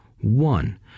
One